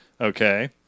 okay